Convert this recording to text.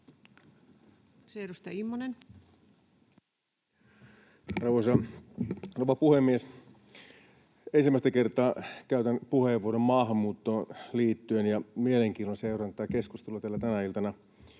18:10 Content: Arvoisa rouva puhemies! Ensimmäistä kertaa käytän puheenvuoron maahanmuuttoon liittyen ja mielenkiinnolla seuraan tätä keskustelua täällä tänä iltana.